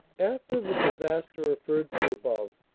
after the disaster referred to above,